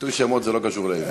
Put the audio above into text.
ביטוי שמות זה לא קשור לעברית.